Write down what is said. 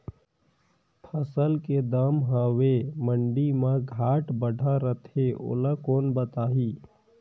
फसल के दम हवे मंडी मा घाट बढ़ा रथे ओला कोन बताही?